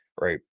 right